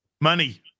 Money